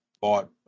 bought